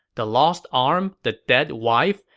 the lost arm, the dead wife,